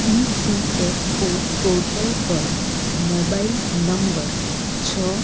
ઇ P F O portal પર mobile number છ